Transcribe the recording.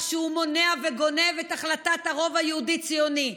שהוא מונע וגונב את החלטת הרוב היהודי-ציוני.